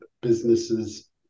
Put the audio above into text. businesses